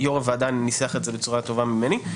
יו"ר הוועדה ניסח את זה בצורה טובה ממני.